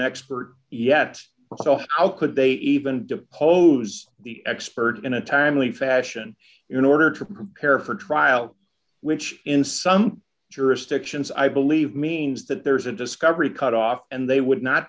expert yet so how could they even depose the expert in a timely fashion in order to prepare for trial which in some jurisdictions i believe means that there's a discovery cut off and they would not